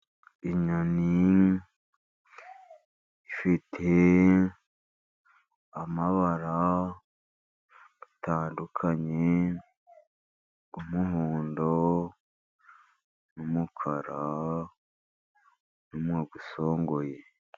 Inyoni ifite amabara atandukanye, umuhondo, umukara n'umunwa umunwa usongoye.